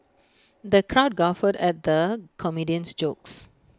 the crowd guffawed at the comedian's jokes